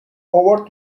over